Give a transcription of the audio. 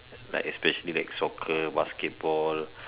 like especially like soccer basketball